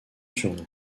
surnom